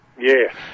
Yes